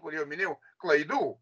kur jau minėjau klaidų